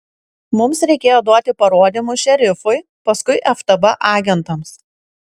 mums reikėjo duoti parodymus šerifui paskui ftb agentams